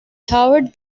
toured